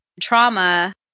trauma